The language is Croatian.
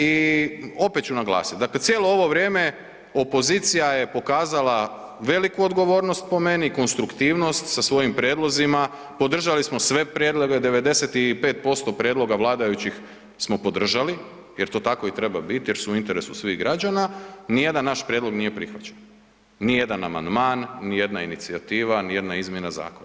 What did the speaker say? I opet ću naglasit, dakle cijelo ovo vrijeme opozicija je pokazala veliku odgovornost po meni, konstruktivnost sa svojim prijedlozima, podržali smo sve prijedloge, 95% prijedloga vladajućih smo podržali jer to tako i treba bit jer su u interesu svih građana, nijedan naš prijedlog naš nije prihvaćen, nijedan amandman, nijedna inicijativa, nijedna izmjena zakona.